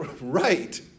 right